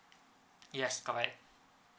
yes correct